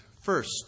first